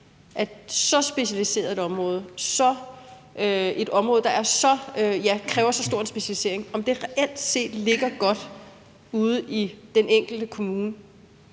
at et så specialiseret område, et område, der kræver så stor en specialisering, ligger godt ude i den enkelte kommune.